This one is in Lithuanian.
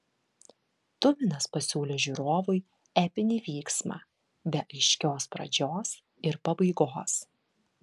tuminas pasiūlė žiūrovui epinį vyksmą be aiškios pradžios ir pabaigos